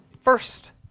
first